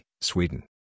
Sweden